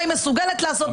מה היא מסוגלת לעשות,